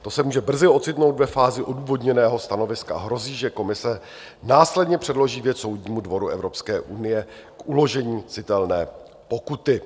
To se může brzy ocitnout ve fázi odůvodněného stanoviska a hrozí, že komise následně předloží věc Soudnímu dvoru Evropské unie k uložení citelné pokuty.